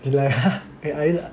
it's like